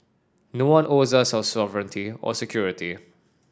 no one owes us our sovereignty or security